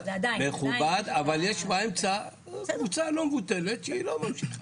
אבל יש באמצע קבוצה לא מבוטלת שהיא לא ממשיכה,